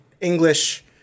English